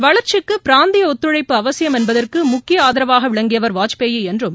வளர்ச்சிக்கு பிராந்திய ஒத்துழைப்பு அவசியம் என்பதற்கு முக்கிய ஆதரவாக விளங்கியவர் வாஜ்பாய் என்றும்